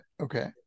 okay